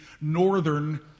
northern